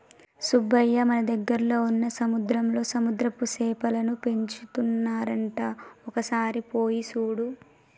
సుబ్బయ్య మన దగ్గరలో వున్న సముద్రంలో సముద్రపు సేపలను పెంచుతున్నారంట ఒక సారి పోయి సూడు